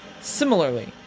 Similarly